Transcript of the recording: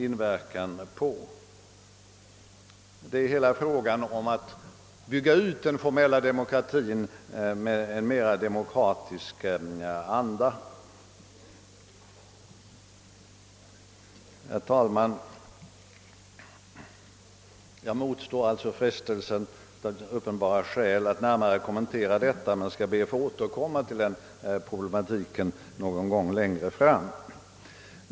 I begreppet medborgarstandard vill jag innefatta utbyggnaden av den formella demokratin i en mer demokratisk anda. Herr talman! Av uppenbara skäl motstår jag alltså frestelsen att närmare kommentera detta, men jag skall be att få återkomma till problematiken någon gång längre fram.